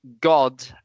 god